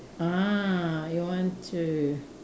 ah you want to